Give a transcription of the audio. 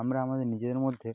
আমরা আমাদের নিজেদের মধ্যে